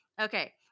Okay